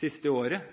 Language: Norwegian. siste året,